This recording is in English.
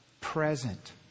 Present